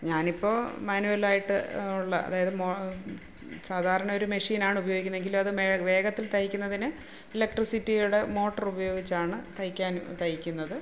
ഞാനിപ്പോൾ മാനുവൽ ആയിട്ട് ഉള്ള സാധാരണ ഒരു മഷീനാണ് ഉപയോഗിക്കുന്നത് എങ്കിലും അതു വേഗത്തിൽ തയ്ക്കുന്നതിന് ഇലക്ട്രിസിറ്റിയുടെ മോട്ടർ ഉപയോഗിച്ചാണ് തയ്ക്കാൻ തയ്ക്കുന്നത്